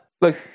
Look